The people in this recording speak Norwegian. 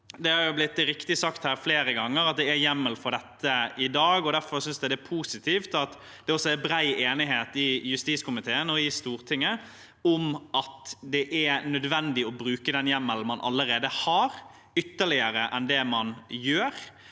det er blitt sagt flere ganger, at det er hjemmel for dette i dag. Derfor synes jeg det er positivt at det er bred enighet i justiskomiteen og i Stortinget om at det er nødvendig å bruke den hjemmelen man allerede har, ytterligere enn det man gjør,